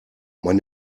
man